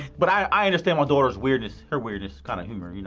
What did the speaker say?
but i understand my daughter's weirdness, her weirdness, kind of humor, you